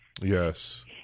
Yes